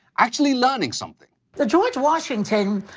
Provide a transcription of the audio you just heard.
actually learning something. the george washington,